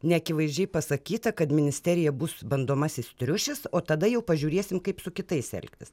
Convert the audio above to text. neakivaizdžiai pasakyta kad ministerija bus bandomasis triušis o tada jau pažiūrėsim kaip su kitais elgtis